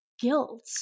guilt